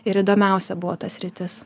ir įdomiausia buvo ta sritis